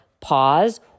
pause